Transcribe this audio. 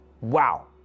Wow